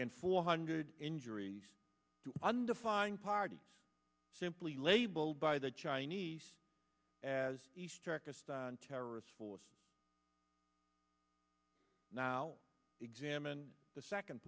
and four hundred injuries to undefine party simply labeled by the chinese as the strictest on terrorist force now examined the second